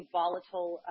volatile